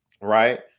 Right